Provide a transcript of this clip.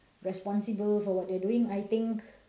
responsible for what they are doing I think